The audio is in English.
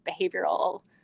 behavioral